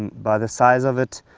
by the size of it,